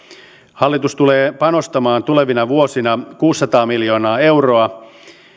hallitus tulee panostamaan tulevina vuosina kuusisataa miljoonaa euroa